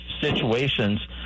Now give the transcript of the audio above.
situations